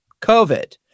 COVID